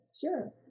Sure